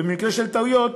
ובמקרה של טעויות,